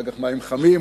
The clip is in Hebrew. אחר כך מים חמים,